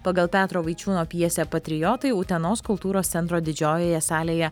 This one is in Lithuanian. pagal petro vaičiūno pjesę patriotai utenos kultūros centro didžiojoje salėje